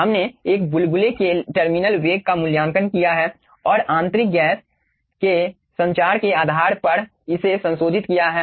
हमने एक बुलबुले के टर्मिनल वेग का मूल्यांकन किया है और आंतरिक गैस के संचार के आधार पर इसे संशोधित किया है